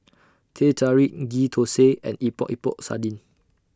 Teh Tarik Ghee Thosai and Epok Epok Sardin